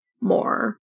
more